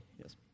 Yes